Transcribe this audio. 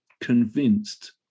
convinced